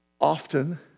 often